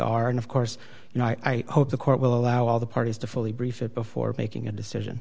are and of course you know i hope the court will allow all the parties to fully brief it before making a decision